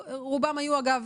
רובם היו, אגב,